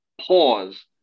pause